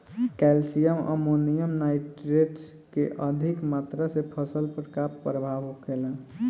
Calcium ammonium nitrate के अधिक मात्रा से फसल पर का प्रभाव होखेला?